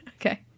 Okay